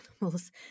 animals